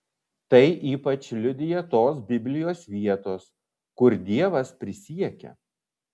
tai ypač liudija tos biblijos vietos kur dievas prisiekia